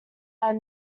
are